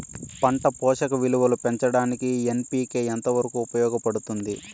పంట పోషక విలువలు పెంచడానికి ఎన్.పి.కె ఎంత వరకు ఉపయోగపడుతుంది